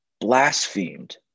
Blasphemed